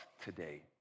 today